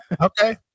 Okay